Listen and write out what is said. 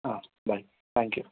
bye thank you